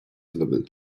syllable